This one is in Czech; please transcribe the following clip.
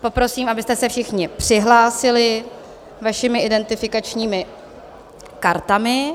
Poprosím, abyste se všichni přihlásili vašimi identifikačními kartami.